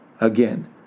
Again